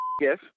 Yes